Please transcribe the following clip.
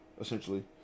Essentially